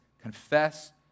Confess